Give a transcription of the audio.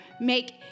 make